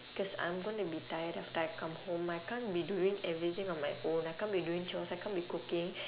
cause I'm gonna be tired after I come home I can't be doing everything on my own I can't be doing chores I can't be cooking